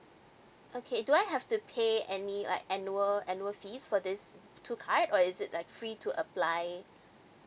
okay do I have to pay any like annual annual fees for this two cards or is it like free to apply